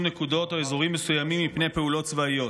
נקודות או שטחים מסוימים בפני פעולות צבאיות".